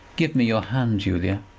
give me your hand, julia,